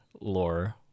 lore